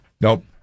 Nope